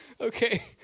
Okay